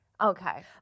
Okay